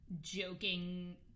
joking